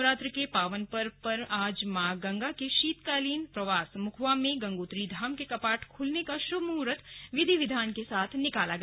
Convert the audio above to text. नवरात्र के पावन पर्व पर आज मां गंगा के शीतकालीन प्रवास मुखवा में गंगोत्री धाम के कपाट खुलने का शुभ मुहूर्त विधि विधान के साथ निकाला गया